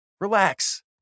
Relax